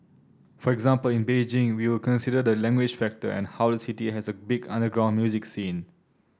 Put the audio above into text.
for example in Beijing we will consider the language factor and how the city has a big underground music scene